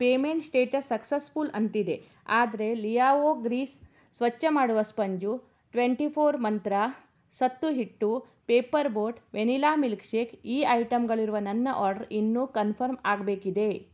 payment status successful ಅಂತಿದೆ ಆದರೆ ಲೀಯಾವೊ ಗ್ರೀಸ್ ಸ್ವಚ್ಛ ಮಾಡುವ ಸ್ಪಂಜು ಟ್ವೆಂಟಿ ಫೋರ್ ಮಂತ್ರ ಸತ್ತೂ ಹಿಟ್ಟು ಪೇಪರ್ ಬೋಟ್ ವೆನಿಲ್ಲಾ ಮಿಲ್ಕ್ಶೇಕ್ ಈ ಐಟಂಗಳಿರುವ ನನ್ನ ಆರ್ಡರ್ ಇನ್ನೂ ಕನ್ಫರ್ಮ್ ಆಗಬೇಕಿದೆ